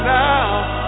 now